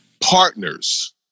partners